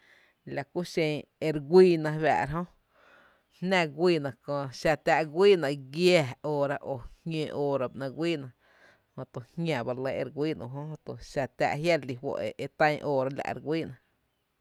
La kú xen e guíína re fáá’ra jö, jná guiina kö xá táá’ e guiina giⱥⱥ óora o jñǿǿ óora ba ‘nɇɇ’ guíiná jötu jñá ba e re lɇ e re guíína jötö jia’ re lí juó’ e tán óora la’ re guíína.